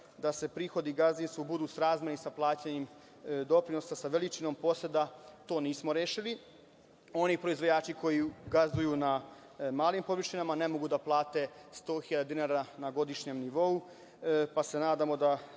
da prihodi u gazdinstvu budu srazmerni sa plaćenim doprinosima, sa veličinom poseda, to nismo rešili. Oni proizvođači koji gazduju na malim površinama ne mogu da plate sto hiljada dinara na godišnjem nivou, pa se nadamo da